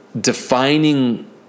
defining